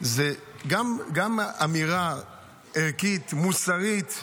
שהיא גם אמירה ערכית, מוסרית.